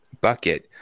bucket